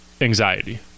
anxiety